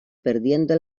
perdiendo